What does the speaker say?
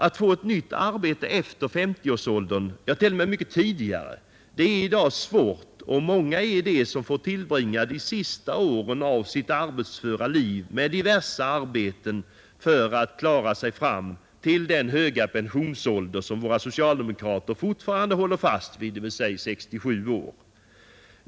Att få ett nytt arbete efter 50 års ålder — ja, t.o.m. mycket tidigare — är i dag svårt, och många är de som får tillbringa sina sista år av det arbetsföra livet med diverse arbeten för att klara sig fram till den höga pensionsålder som våra socialdemokrater fortfarande håller fast vid, d.v.s. 67 år.